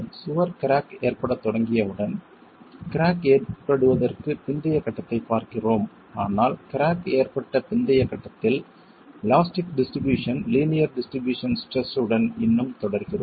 சுவர் கிராக் ஏற்படத் தொடங்கியவுடன் கிராக் ஏற்படுவதற்குப் பிந்தைய கட்டத்தைப் பார்க்கிறோம் ஆனால் கிராக் ஏற்பட்ட பிந்தைய கட்டத்தில் elastic distribution linear distribution stress உடன் இன்னும் தொடர்கிறோம்